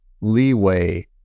leeway